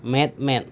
ᱢᱮᱫ ᱢᱮᱫ